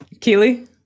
Keely